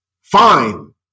Fine